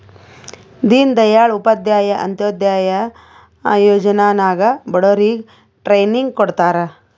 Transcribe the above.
ದೀನ್ ದಯಾಳ್ ಉಪಾಧ್ಯಾಯ ಅಂತ್ಯೋದಯ ಯೋಜನಾ ನಾಗ್ ಬಡುರಿಗ್ ಟ್ರೈನಿಂಗ್ ಕೊಡ್ತಾರ್